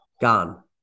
Gone